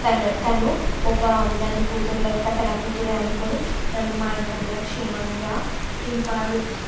తను తను ఒక నన్ను కూతురు లెక్క తన కూతురే అనుకోని నన్ను మా ఇంటి దగ్గర క్షేమంగా దింపాడు